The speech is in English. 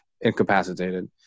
incapacitated